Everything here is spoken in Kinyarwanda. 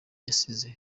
yasize